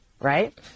right